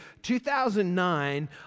2009